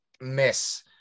miss